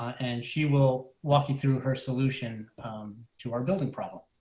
and she will walk you through her solution to our building problem.